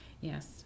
Yes